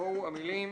יבואו המילים